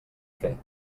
fer